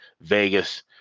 Vegas